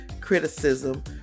criticism